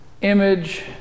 image